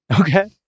Okay